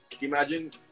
Imagine